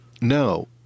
no